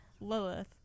Lilith